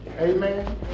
Amen